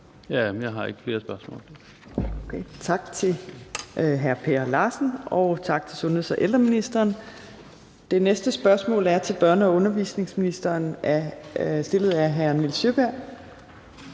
Jeg har ikke flere spørgsmål.